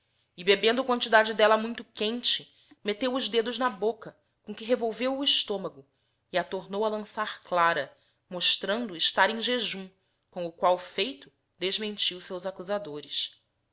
e bebendo quantidade delia multo quente metteo os dedos na boca com que revolveo o estômago e a tornou a lançar clara mostrando estar em jejum com o qual feito desmentio seus accusadores